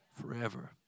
forever